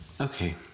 Okay